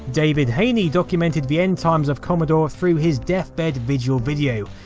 david haynie documented the end times of commodore through his deathbed vigil video,